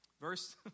Verse